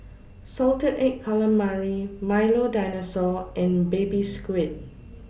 Salted Egg Calamari Milo Dinosaur and Baby Squid